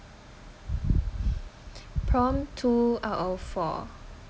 prompt two out of four